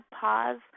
pause